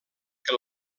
que